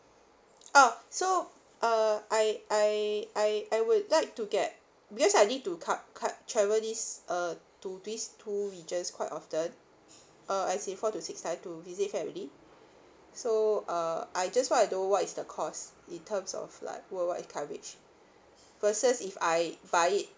oh so uh I I I I would like to get because I need to coun~ coun~ travel this uh to this two regions quite often uh I see four to six time to visit family so uh I just want to know what is the cost in terms of like worldwide coverage versus if I buy it